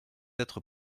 être